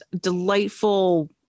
delightful